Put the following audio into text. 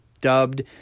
dubbed